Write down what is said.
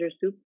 soup